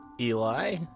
Eli